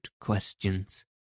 questions